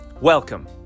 Welcome